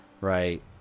Right